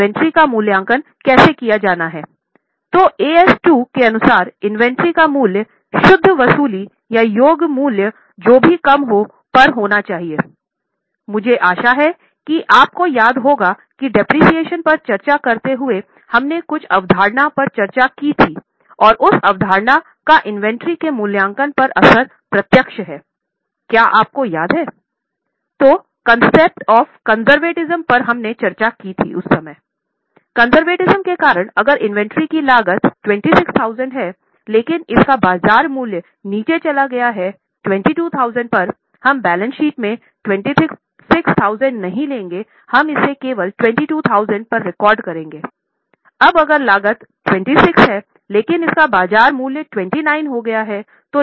conservatism के कारण अगर इन्वेंट्री की लागत 26000 है लेकिन इसका बाजार मूल्य नीचे चला गया है 22000 पर हम बैलेंस शीट में 26000 नहीं लेंगे हम इसे केवल 22000 पर रिकॉर्ड करेंगे अब अगर लागत 26 है लेकिन इसका बाजार मूल्य 29 हो गया है